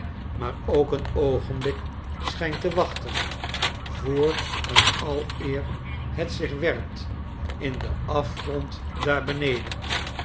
maar ook een oogenblik schijnt te wachten voor en aleer het zich werpt in den afgrond daar beneden